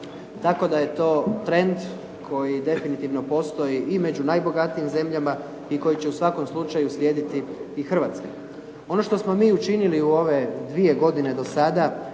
tako da je to trend koji definitivno postoji i među najbogatijim zemljama i koji će u svakom slučaju slijediti i Hrvatska. Ono što smo mi učinili u ove dvije godine do sada,